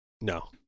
No